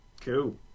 Cool